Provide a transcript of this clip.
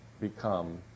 become